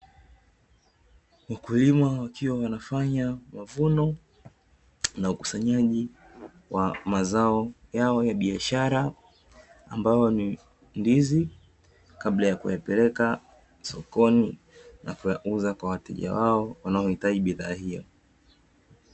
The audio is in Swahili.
Mkulima wakiwa wanafanya mavuno na ukusanyaji wa mazao yao ya biashara, ambayo ni ndizi, kabla ya kuyapeleka sokoni na kuyauza kwa wateja wao wanaohitaji bidhaa hiyo.